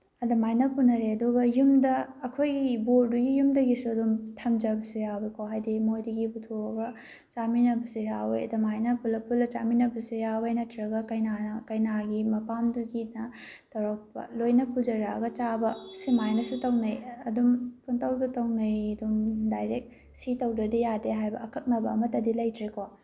ꯑꯗꯨꯃꯥꯏꯅ ꯄꯨꯅꯔꯛꯑꯦ ꯑꯗꯨꯒ ꯌꯨꯝꯗ ꯑꯩꯈꯣꯏꯒꯤ ꯕꯣꯔꯗꯨꯒꯤ ꯌꯨꯝꯗꯒꯤꯁꯨ ꯑꯗꯨꯝ ꯊꯝꯖꯕꯁꯨ ꯌꯥꯎꯋꯤꯀꯣ ꯍꯥꯏꯗꯤ ꯃꯣꯏꯗꯒꯤ ꯄꯨꯊꯣꯛꯑꯒ ꯆꯥꯃꯤꯟꯅꯕꯁꯨ ꯌꯥꯎꯋꯦ ꯑꯗꯨꯃꯥꯏꯅ ꯄꯨꯂꯞ ꯄꯨꯂ ꯆꯥꯃꯤꯟꯅꯕꯁꯨ ꯌꯥꯎꯋꯦ ꯅꯠꯇ꯭ꯔꯒ ꯀꯩꯅꯥꯅ ꯀꯩꯅꯥꯒꯤ ꯃꯄꯥꯝꯗꯨꯒꯤꯅ ꯇꯧꯔꯛꯄ ꯂꯣꯏꯅ ꯄꯨꯖꯔꯛꯑꯒ ꯆꯥꯕ ꯁꯤꯃꯥꯏꯅꯁꯨ ꯇꯧꯅꯩ ꯑꯗꯨꯝ ꯄꯨꯡꯇꯧꯗ ꯇꯧꯅꯩ ꯑꯗꯨꯝ ꯗꯥꯏꯔꯦꯛ ꯁꯤ ꯇꯧꯗ꯭ꯔꯗꯤ ꯌꯥꯗꯦ ꯍꯥꯏꯕ ꯑꯀꯛꯅꯕ ꯑꯃꯠꯇꯗꯤ ꯂꯩꯇ꯭ꯔꯦꯀꯣ